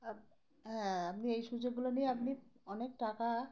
হ্যাঁ আপনি এই সুযোগগুলো নিয়ে আপনি অনেক টাকা